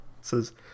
says